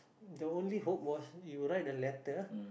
the only hope was you write the letter